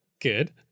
Good